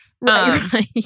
Right